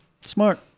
Smart